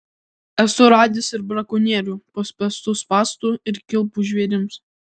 esu radęs ir brakonierių paspęstų spąstų ir kilpų žvėrims